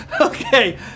Okay